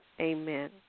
Amen